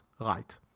right